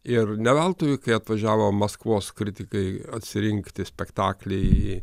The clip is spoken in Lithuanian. ir ne veltui kai atvažiavo maskvos kritikai atsirinkti spektaklį į